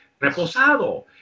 reposado